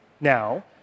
now